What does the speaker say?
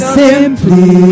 simply